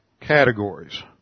categories